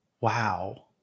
Wow